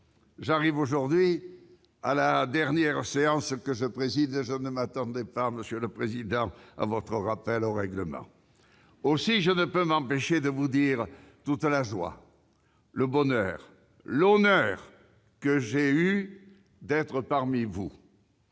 préside aujourd'hui la séance pour la dernière fois. Je ne m'attendais pas, monsieur le président, à votre rappel au règlement. Aussi, je ne peux m'empêcher de vous dire toute la joie, le bonheur, l'honneur que j'ai eus d'être parmi vous.